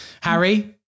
Harry